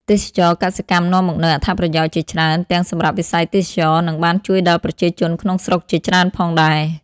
ទេសចរណ៍កសិកម្មនាំមកនូវអត្ថប្រយោជន៍ជាច្រើន ទាំងសម្រាប់វិស័យទេសចរណ៍ និងបានជួយដល់ប្រជាជនក្នុងស្រុកជាច្រើនផងដែរ ។